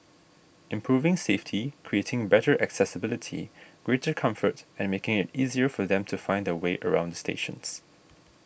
improving safety creating better accessibility greater comfort and making it easier for them to find their way around the stations